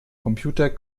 computer